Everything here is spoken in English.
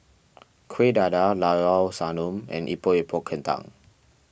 Kueh Dadar Llao Sanum and Epok Epok Kentang